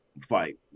fight